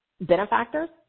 benefactors